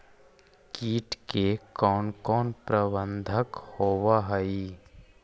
किट के कोन कोन प्रबंधक होब हइ?